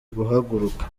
guhaguruka